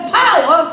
power